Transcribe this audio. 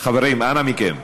חברים, אנא מכם.